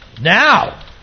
Now